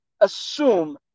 assume